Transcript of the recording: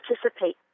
participate